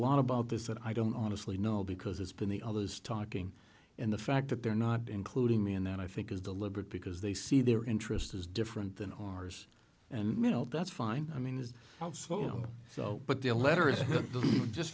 lot about this that i don't honestly know because it's been the others talking and the fact that they're not including me in that i think is the liberty because they see their interests as different than ours and you know that's fine i mean it's so but the letter is